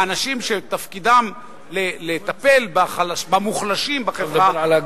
האנשים שתפקידם לטפל במוחלשים בחברה,